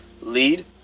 lead